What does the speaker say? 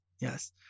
yes